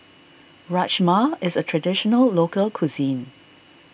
Rajma is a Traditional Local Cuisine